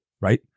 right